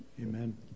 Amen